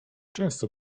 często